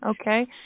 Okay